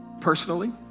Personally